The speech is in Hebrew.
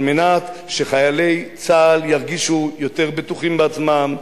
על מנת שחיילי צה"ל ירגישו יותר בטוחים בעצמם,